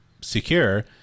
secure